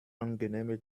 angenehme